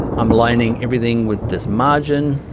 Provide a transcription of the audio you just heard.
i'm aligning everything with this margin,